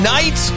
Night